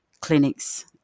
clinics